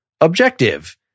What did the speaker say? objective